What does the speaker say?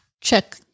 check